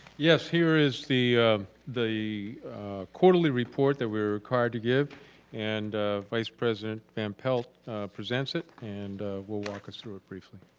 yes, here is the the quarterly report that we are required to give and vice-president van pelt presents it and will walk us through ah briefly.